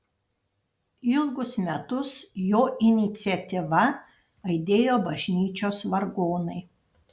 ilgus metus jo iniciatyva aidėjo bažnyčios vargonai